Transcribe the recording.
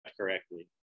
correctly